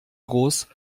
groß